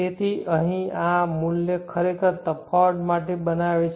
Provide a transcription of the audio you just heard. તેથી અહીં આ મૂલ્ય ખરેખર તફાવત માટે બનાવે છે